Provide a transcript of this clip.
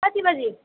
कति बजे